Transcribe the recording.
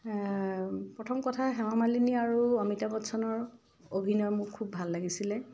প্ৰথম কথা হেমা মালিনী আৰু অমিতাভ বচ্চনৰ অভিনয় মোৰ খুব ভাল লাগিছিলে